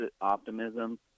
optimism